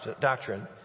doctrine